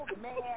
man